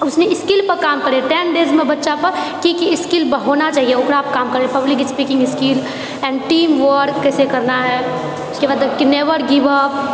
उसमे स्किल पर काम करलके टेन डेजमे बच्चामे की की स्किल होना चाहिए ओकरा पर काम पब्लिक स्पीकिङ्ग स्किल एन्टी वार कैसे करना है उसके बाद नेवर गिव अप